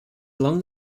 along